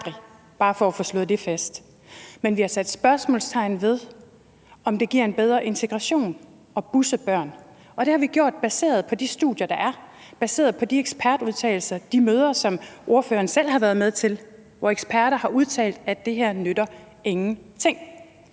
bare for at få slået det fast – men vi har sat spørgsmålstegn ved, om det giver en bedre integration at busse børn, og det har vi gjort baseret på de studier, der er, baseret på ekspertudtalelser og på de møder, som ordføreren selv har været med til, hvor eksperter har udtalt, at det her ingenting